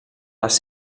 les